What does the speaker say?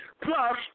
Plus